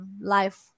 life